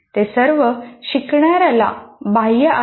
ते सर्व शिकणाऱ्याला बाह्य आहेत